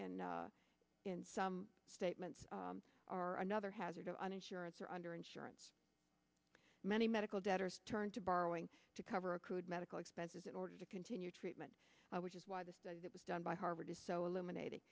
and in some statements are another hazard on insurance or under insurance many medical debtors turn to borrowing to cover accrued medical expenses in order to continue treatment which is why the study that was done by harvard is so illuminat